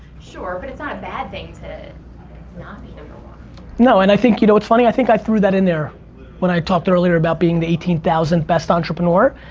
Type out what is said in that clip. sure, but it's not a bad thing to not be number one. no, and i think, you know what's funny? i think i threw that in there when i talked earlier about being the eighteen thousandth best entrepreneur.